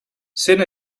sent